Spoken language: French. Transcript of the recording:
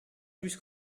plus